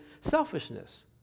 selfishness